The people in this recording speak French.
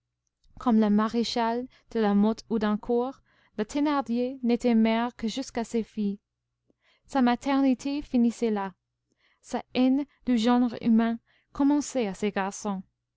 comme la maréchale de la mothe houdancourt la thénardier n'était mère que jusqu'à ses filles sa maternité finissait là sa haine du genre humain commençait à ses garçons